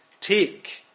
take